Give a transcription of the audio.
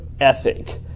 ethic